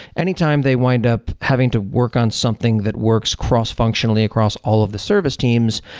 any time they wind up having to work on something that works cross functionally across all of the service teams,